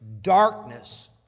darkness